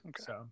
Okay